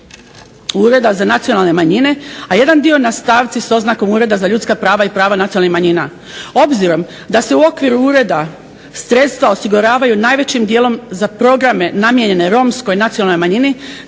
Ureda za nacionalne manjine, a jedan dio na stavci s oznakom Ureda za ljudska prava i prava nacionalnih manjina. Obzirom da se u okviru Ureda sredstva osiguravaju najvećim dijelom za programe namijenjene romskoj nacionalnoj manjini